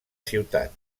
ciutat